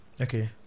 Okay